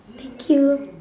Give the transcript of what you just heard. thank you